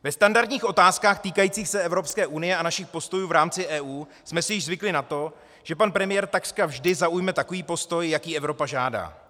Ve standardních otázkách týkajících se EU a našich postojů v rámci EU jsme si již zvykli na to, že pan premiér takřka vždy zaujme takový postoj, jaký Evropa žádá.